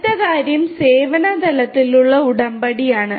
അടുത്ത കാര്യം സേവന തലത്തിലുള്ള ഉടമ്പടിയാണ്